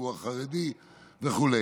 בציבור החרדי וכו'.